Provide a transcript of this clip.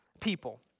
people